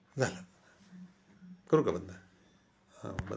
झालं करू का बंद हं बरं